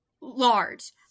large